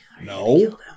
No